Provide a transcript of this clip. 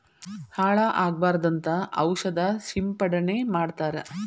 ಹಾಳ ಆಗಬಾರದಂತ ಔಷದ ಸಿಂಪಡಣೆ ಮಾಡ್ತಾರ